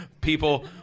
people